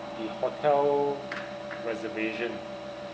the hotel reservation